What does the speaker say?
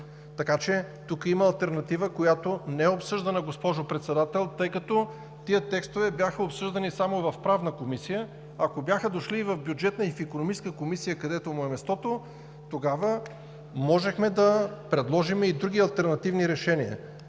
Така че тук има алтернатива, която не е обсъждана, госпожо Председател, тъй като тези текстове бяха обсъждани само в Правна комисия. Ако бяха дошли и в Бюджетната и в Икономическа комисия, където им е мястото, тогава можехме да предложим и други алтернативни решения.